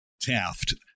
Taft